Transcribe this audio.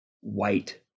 white